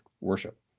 worship